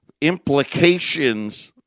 implications